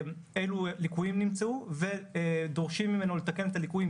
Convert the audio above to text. אלו ליקויים נמצאו ודורשים ממנו לתקן את הליקויים,